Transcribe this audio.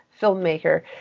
filmmaker